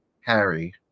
Harry